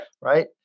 right